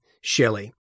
Shelley